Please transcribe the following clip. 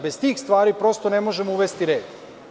Bez tih stvari ne možemo uvesti red.